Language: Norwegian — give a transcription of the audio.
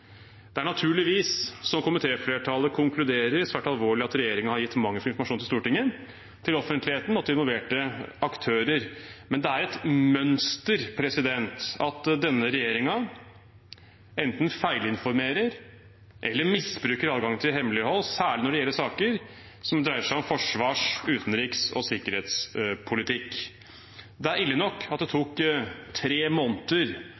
Det er naturligvis, som komitéflertallet konkluderer med, svært alvorlig at regjeringen har gitt mangelfull informasjon til Stortinget, til offentligheten og til involverte aktører, men det er et mønster at denne regjeringen enten feilinformerer eller misbruker adgangen til hemmelighold, særlig når det gjelder saker som dreier seg om forsvars-, utenriks- og sikkerhetspolitikk. Det er ille nok at det tok tre måneder